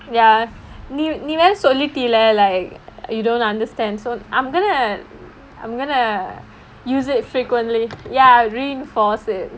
ya நீ வேற சொல்லிடல்ல:nee vera sollitalla like you don't understand so I'm gonna I'm gonna use it frequently ya reinforce it